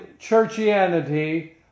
churchianity